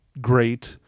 great